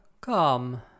come